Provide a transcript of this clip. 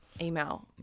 email